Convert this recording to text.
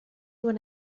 when